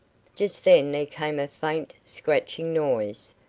just then there came a faint scratching noise,